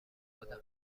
آدم